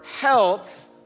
health